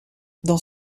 dans